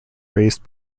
raised